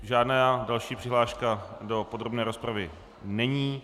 Žádná další přihláška do podrobné rozpravy není.